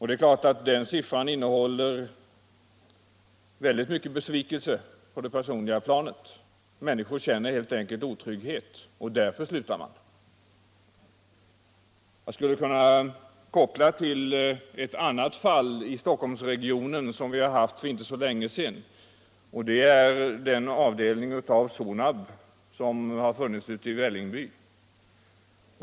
Det är klart att den siffran innehåller väldigt mycket besvikelse på det personliga planet. Människor känner helt enkelt otrygghet. och därför slutar de. Jag skulle kunna anknyta till ett annat fall i Stockholmsregionen som har varit aktuellt för inte så länge sedan. Det gäller den avdelning av Sonab som har funnits i Vällingby.